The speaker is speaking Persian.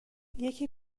یکی